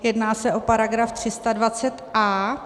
Jedná se o § 320a.